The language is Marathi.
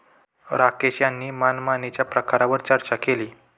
राकेश यांनी मनमानीच्या प्रकारांवर चर्चा केली